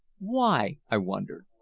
why? i wondered.